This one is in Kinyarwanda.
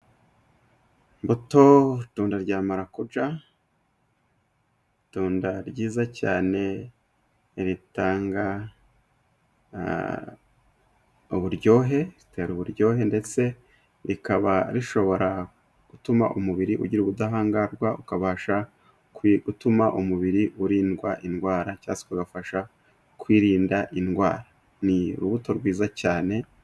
Imbuto ,itunda rya marakuja, itunda ryiza cyane ritanga uburyohe, ritera uburyohe ndetse rikaba rishobora gutuma umubiri ugira ubudahangarwa ,ukabasha gutuma umubiri urindwa indwara ,cyangwa se ugafasha kwirinda indwara ,ni urubuto rwiza cyane.